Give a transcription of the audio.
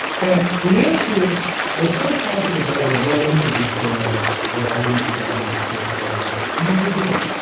and the answer is, i was so positive that i would run into this dilemma that i didn't think i'd be in the state department long, i never did.